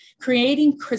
Creating